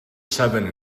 seven